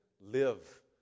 live